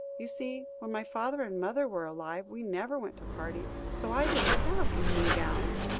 you see, when my father and mother were alive, we never went to parties, so i didn't have evening gowns.